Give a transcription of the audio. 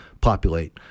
Populate